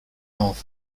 north